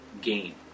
gain